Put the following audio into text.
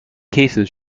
cases